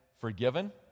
forgiven